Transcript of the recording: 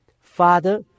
Father